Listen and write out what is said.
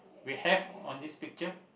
we have on this picture